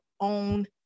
own